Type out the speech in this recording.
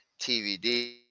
TVD